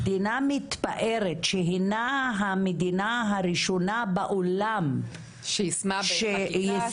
המדינה מתפארת שהינה המדינה הראשונה בעולם -- שיישמה בחקיקה.